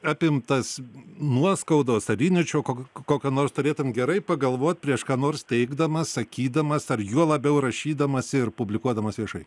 apimtas nuoskaudos ar įniršio kokokio nors turėtum gerai pagalvot prieš ką nors teigdamas sakydamas ar juo labiau rašydamas ir publikuodamas viešai